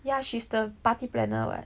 yah she's the party planner what